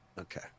Okay